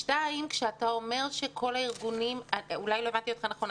שתיים, אולי לא הבנתי אותך נכון.